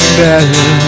better